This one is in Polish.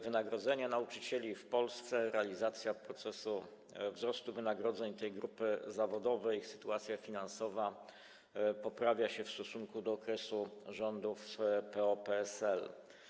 Wynagrodzenia nauczycieli w Polsce, realizacja procesu wzrostu wynagrodzeń tej grupy zawodowej, ich sytuacja finansowa - to poprawia się w stosunku do okresu rządów PO-PSL.